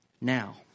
now